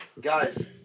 guys